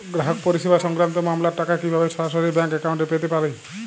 গ্রাহক পরিষেবা সংক্রান্ত মামলার টাকা কীভাবে সরাসরি ব্যাংক অ্যাকাউন্টে পেতে পারি?